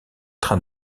train